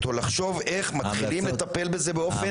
או לחשוב איך מתחילים לטפל בזה באופן